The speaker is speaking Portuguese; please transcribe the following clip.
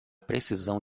precisão